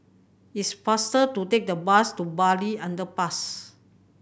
it's faster to take the bus to Bartley Underpass